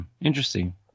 Interesting